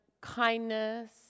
kindness